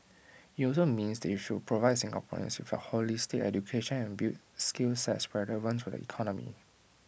IT also means they should provide Singaporeans with A holistic education and build skill sets relevant to the economy